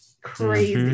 crazy